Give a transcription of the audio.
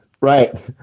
Right